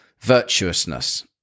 virtuousness